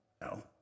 No